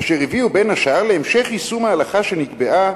אשר הביאו בין השאר להמשך יישום ההלכה שנקבעה"